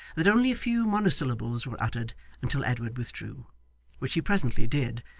that only a few monosyllables were uttered until edward withdrew which he presently did,